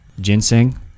Ginseng